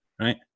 right